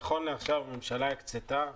נכון לעכשיו הממשלה הקצתה,